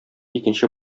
икенче